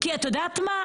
כי את יודעת מה?